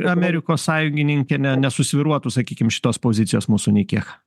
amerikos sąjungininkė ne nesusvyruotų sakykim šitos pozicijos mūsų nei kiek